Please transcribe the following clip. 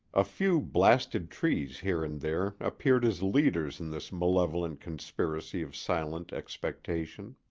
a few blasted trees here and there appeared as leaders in this malevolent conspiracy of silent expectation.